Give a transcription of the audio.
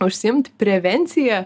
užsiimti prevencija